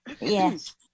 Yes